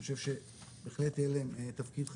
אני חושב שבהחלט יהיה להם תפקיד חשוב.